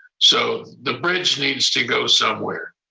so the bridge needs to go somewhere,